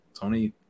Tony